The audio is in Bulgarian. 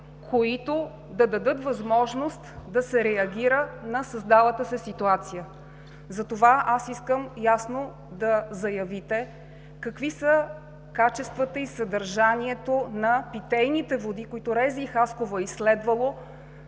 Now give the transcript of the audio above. които да дадат възможност да се реагира на създалата се ситуация. Затова аз искам ясно да заявите: какви са качествата и съдържанието на питейните води, които РЗИ – Хасково, е изследвало